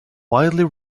widely